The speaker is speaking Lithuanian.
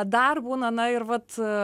dar būna na ir vat